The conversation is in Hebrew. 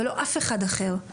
ולא אף אחד אחר.